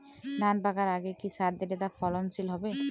ধান পাকার আগে কি সার দিলে তা ফলনশীল হবে?